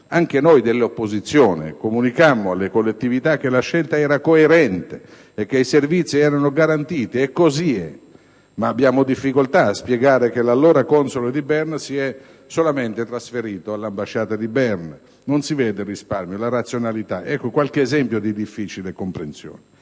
anche noi dell'opposizione comunicammo alle collettività che la scelta era coerente e che i servizi erano garantiti, e così è; ma abbiamo difficoltà a spiegare che l'allora console di Berna si è solamente trasferito all'Ambasciata di Berna: non si vedono il risparmio e la razionalità; ecco qualche esempio di difficile comprensione.